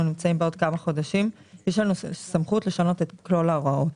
נמצאים עוד כמה חודשים יש לנו סמכות לשנות את כלל ההוראות,